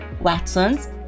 Watson's